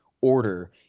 order